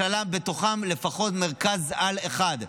ובתוכם לפחות מרכז-על אחד,